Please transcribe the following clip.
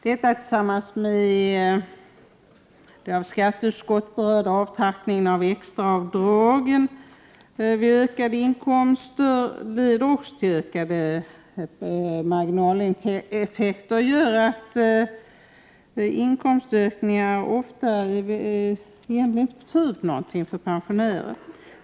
Detta tillsammans med den av skatteutskottet berörda avtrappningen av det extra avdraget vid beskattning leder till marginaleffekter och gör att ökade inkomster egentligen inte har något värde i vissa inkomstskikt för pensionärer.